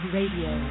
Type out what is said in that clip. Radio